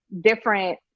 different